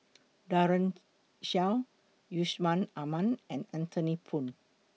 Daren Shiau Yusman Aman and Anthony Poon